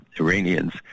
iranians